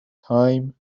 time